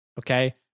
Okay